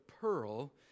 pearl